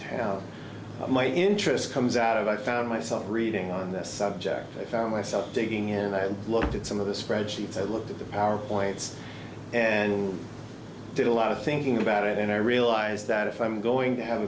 town my interest comes out of i found myself reading on this subject i found myself digging in and i looked at some of the spreadsheets i looked at the power points and did a lot of thinking about it and i realized that if i'm going to have